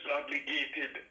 obligated